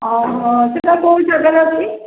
ହଁ ହଁ ସେଇଟା କେଉଁ ଜାଗାରେ ଅଛି